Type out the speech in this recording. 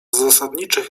zasadniczych